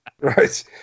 Right